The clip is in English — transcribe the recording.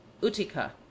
Utica